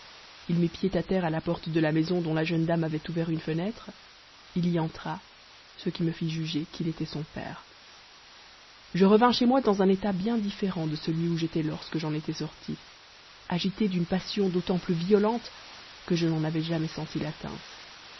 il mit pied à terre à la porte de la maison dont la jeune dame avait ouvert une fenêtre il y entra ce qui me fit juger qu'il était son père je revins chez moi dans un état bien différent de celui où j'étais lorsque j'en étais sorti agité d'une passion d'autant plus violente que je n'en avais jamais senti l'atteinte